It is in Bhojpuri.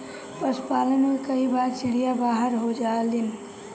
पशुपालन में कई बार चिड़िया बाहर हो जालिन